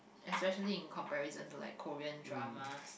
especially in comparison to like Korean dramas